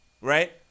right